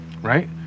right